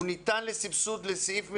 הוא ניתן לסבסוד סעיף המסיבות.